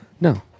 No